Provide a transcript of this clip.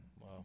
Wow